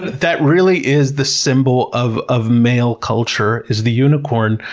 that really is the symbol of of male culture, is the unicorn.